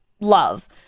love